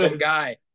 guy